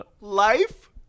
Life